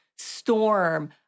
storm